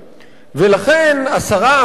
ולכן השרה עמדה על זה